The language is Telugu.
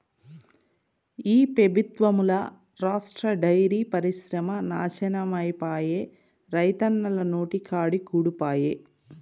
ఈ పెబుత్వంల రాష్ట్ర డైరీ పరిశ్రమ నాశనమైపాయే, రైతన్నల నోటికాడి కూడు పాయె